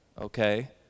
Okay